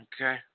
Okay